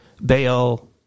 Baal